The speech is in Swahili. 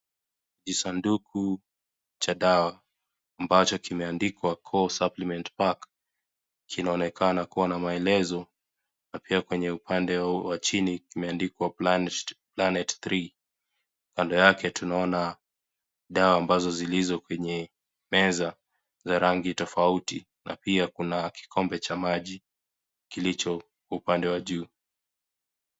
Jisanduku cha dawa ambacho kimeandikwa Core Supplement Pack kinaonekana kuwa na maelezo, na pia kwenye upande wa chini kimeandikwa Planet 3 . Kando yake tunaona dawa ambazo zilizo kwenye meza za rangi tofauti na pia kuna kikombe cha maji kilicho upande wa juu.